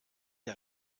der